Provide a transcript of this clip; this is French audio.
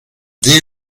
dès